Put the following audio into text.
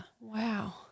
Wow